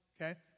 okay